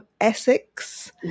Essex